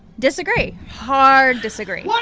disagree, hard disagree.